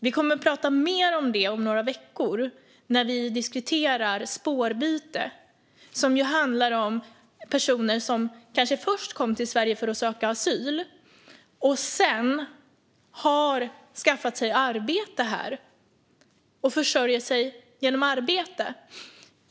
Vi kommer att tala mer om det om några veckor när vi ska diskutera spårbyte, som handlar om personer som kanske först kom till Sverige för att söka asyl och sedan har skaffat sig arbete här och försörjer sig genom det.